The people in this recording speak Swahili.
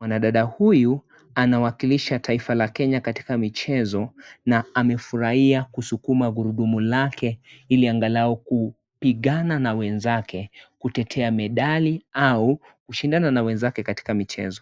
Mwanadada huyu anawakilisha taifa la kenya katika michezo na amefurahia kusukuma gurundumu lake ili agharau kupigana na wenzake kutetea medali au kushindana na wenzake katika michezo.